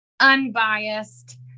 unbiased